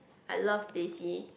I love teh C